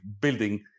building